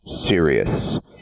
serious